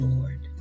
Lord